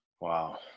Wow